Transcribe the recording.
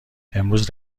امروز